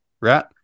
Right